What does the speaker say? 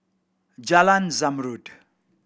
Jalan Zamrud